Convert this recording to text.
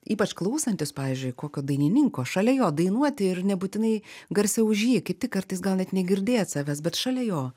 ypač klausantis pavyzdžiui kokio dainininko šalia jo dainuoti ir nebūtinai garsiau už jį kaip tik kartais gal net negirdėt savęs bet šalia jo